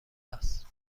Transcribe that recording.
است